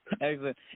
Excellent